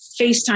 FaceTime